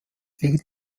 liegt